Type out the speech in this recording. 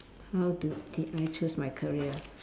how do did I choose my career